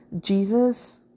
Jesus